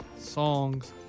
songs